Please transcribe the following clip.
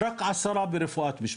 רק כ-10 מתמחים הם ברפואת משפחה,